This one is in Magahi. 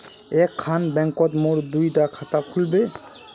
एक खान बैंकोत मोर दुई डा खाता खुल बे?